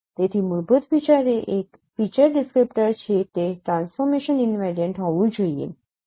તેથી મૂળભૂત વિચાર એ એક ફીચર ડિસ્ક્રિપ્ટર છે તે ટ્રાન્સફોર્મેશન ઈનવેરિયન્ટ હોવું જોઈએ